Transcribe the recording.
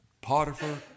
Potiphar